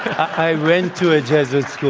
i went to a jesuit school.